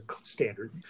standard